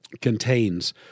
contains